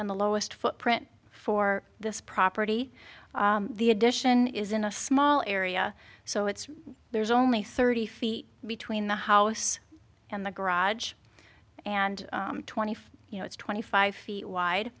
on the lowest footprint for this property the addition is in a small area so it's there's only thirty feet between the house and the garage and twenty five you know it's twenty five feet wide